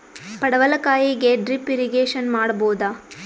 ಪಡವಲಕಾಯಿಗೆ drip irrigation ಮಾಡಬೋದ?